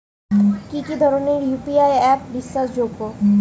কি কি ধরনের ইউ.পি.আই অ্যাপ বিশ্বাসযোগ্য?